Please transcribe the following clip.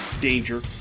danger